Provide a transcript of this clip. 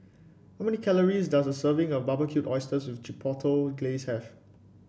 how many calories does a serving of Barbecued Oysters with Chipotle Glaze have